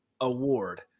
award